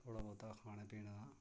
थोह्ड़ा बोह्ता खाने पीने दा